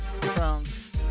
France